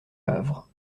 havre